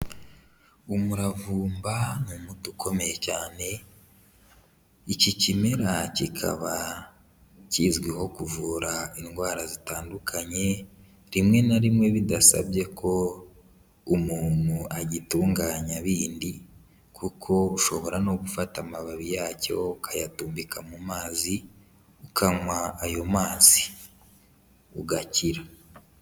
Umuravumba ni umuti ukomeye cyane, iki kimera kikaba kizwiho kuvura indwara zitandukanye rimwe na rimwe bidasabye ko umuntu agitunganya bindi kuko ushobora no gufata amababi yacyo ukayatumbika mu mazi ukanywa ayo mazi ugakira.